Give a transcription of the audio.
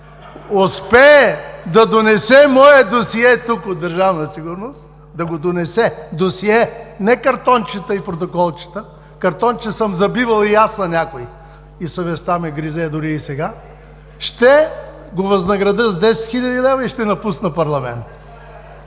успее да донесе мое досие тук от Държавна сигурност, да донесе досие, не картончета и протоколчета – картонче съм забивал и аз на някой и съвестта ме гризе дори и сега, ще го възнаградя с 10 хил. лв. и ще напусна парламента.